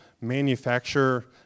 manufacture